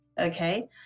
Okay